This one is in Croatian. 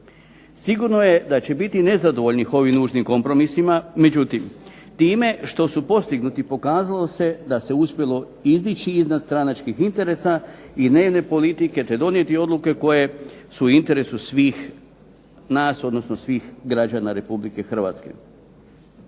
Sigurno je da će biti nezadovoljnih ovim nužnim kompromisima, međutim time što su postignuti pokazalo se da se uspjelo izdići iznad stranačkih interesa i dnevne politike te donijeti odluke koje su u interesu svih nas, odnosno svih građana Republike Hrvatske.